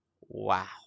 Wow